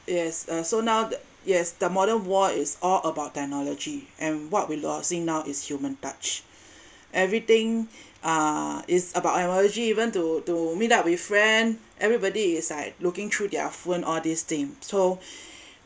yes uh so now the yes the modern world is all about technology and what we losing now is human touch everything uh it's about technology even to to meet up with friend everybody is like looking through their phone all these thing so